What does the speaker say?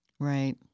Right